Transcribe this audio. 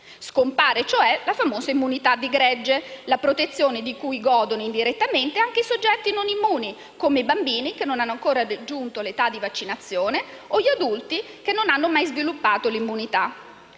Scompare, cioè, la famosa immunità di gregge, ossia la protezione di cui godono indirettamente anche i soggetti non immuni, come i bambini che non hanno ancora raggiunto l'età di vaccinazione, o gli adulti che non hanno mai sviluppato l'immunità.